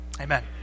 amen